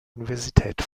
universität